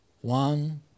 one